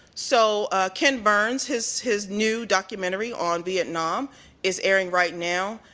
so ken burns, his his new documentary on vietnam is airing right now.